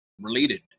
related